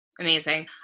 amazing